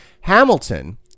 Hamilton